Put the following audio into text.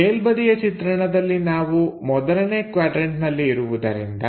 ಮೇಲ್ಬದಿಯ ಚಿತ್ರಣದಲ್ಲಿ ನಾವು ಮೊದಲನೇ ಕ್ವಾಡ್ರನ್ಟನಲ್ಲಿ ಇರುವುದರಿಂದ